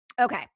Okay